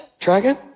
Dragon